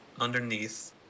underneath